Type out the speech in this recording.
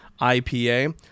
IPA